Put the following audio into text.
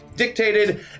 Dictated